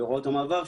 בהוראות המעבר,